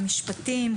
המשפטים,